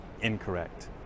incorrect